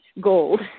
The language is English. gold